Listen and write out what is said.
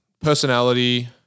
personality